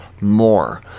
more